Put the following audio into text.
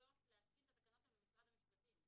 הסמכויות להתקין את התקנות הן למשרד המשפטים.